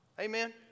Amen